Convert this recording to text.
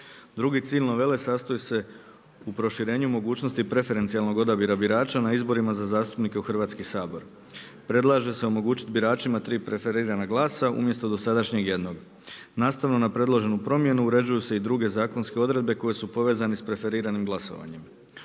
Drugi cilj novele sastoji se u proširenju mogućnosti preferencijalnog odabira birača na izborima za zastupnike u Hrvatski sabor. Predlaže se omogućiti biračima 3 preferirana glasa umjesto dosadašnjeg jednog. Nastavno na predloženu promjenu uređuju se i druge zakonske odredbe koje su povezane s preferiranim glasovanjem.